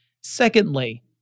Secondly